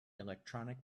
electronic